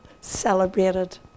celebrated